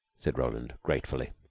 said roland gratefully.